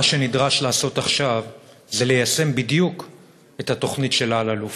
מה שנדרש לעשות עכשיו זה ליישם בדיוק את התוכנית של אלאלוף.